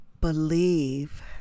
believe